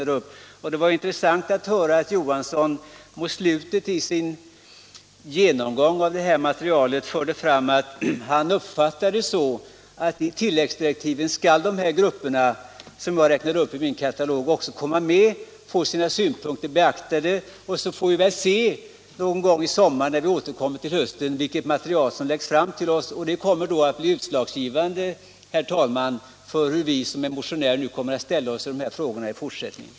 Det var intressant att höra att herr Johansson i slutet av sin genomgång av det materialet ansåg att de grupper som jag räknade upp skall komma med och få sina synpunkter beaktade enligt tilläggsdirektiven. När vi återkommer till riksdagen till hösten får vi väl se vilket material som läggs fram för oss. Det kommer att bli utslagsgivande för hur vi motionärer skall ställa oss i dessa frågor i fortsättningen.